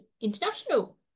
International